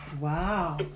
Wow